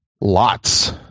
Lots